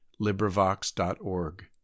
LibriVox.org